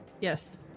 Yes